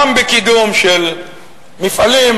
גם בקידום של מפעלים,